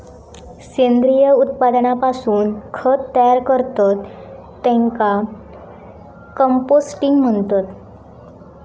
सेंद्रिय उत्पादनापासून खत तयार करतत त्येका कंपोस्टिंग म्हणतत